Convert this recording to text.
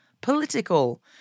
political